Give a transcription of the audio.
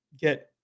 get